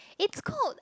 it's